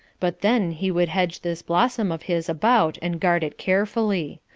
but then he would hedge this blossom of his about and guard it carefully.